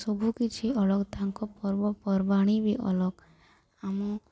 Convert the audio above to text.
ସବୁ କିଛି ଅଲଗା ତାଙ୍କ ପର୍ବପର୍ବାଣି ବି ଅଲଗା ଆମ